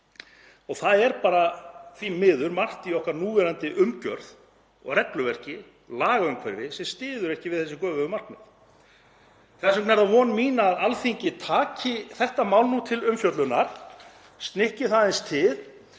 Það er bara því miður margt í okkar núverandi umgjörð og regluverki, lagaumhverfi, sem styður ekki við þessi göfugu markmið. Þess vegna er það von mín að Alþingi taki þetta mál nú til umfjöllunar, snikki það aðeins til